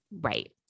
Right